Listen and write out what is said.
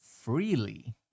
freely